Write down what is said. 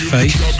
Face